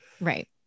Right